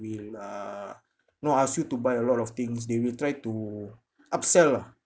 will uh not ask you to buy a lot of things they will try to upsell ah